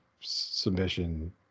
submission